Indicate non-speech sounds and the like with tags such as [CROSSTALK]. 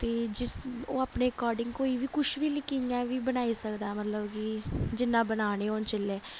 ते जिस ओह् अपने अकार्डिंग कोई बी कुछ बी [UNINTELLIGIBLE] कि'यां बी बनाई सकदा मतलब कि जि'यां बनाने होन चिल्ले